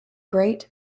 great